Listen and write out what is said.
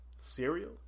Cereal